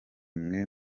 mwe